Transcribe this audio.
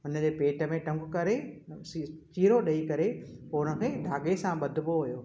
हुनजे पेट में टंब करे चीरो ॾेई करे पोइ हुन में धाॻे सां बधिबो हुओ